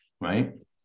Right